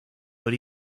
but